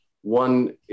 One